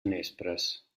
nespres